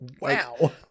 Wow